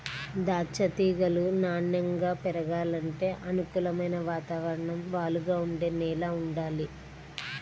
దాచ్చా తీగలు నాన్నెంగా పెరగాలంటే అనుకూలమైన వాతావరణం, వాలుగా ఉండే నేల వుండాలి